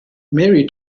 mary